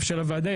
של הוועדה,